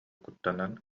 куттанан